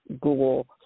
Google